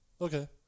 Okay